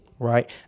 Right